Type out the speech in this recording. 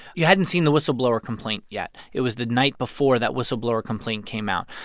you hadn't seen the whistleblower complaint yet. it was the night before that whistleblower complaint came out.